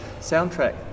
soundtrack